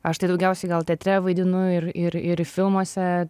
aš tai daugiausiai gal teatre vaidinu ir ir ir filmuose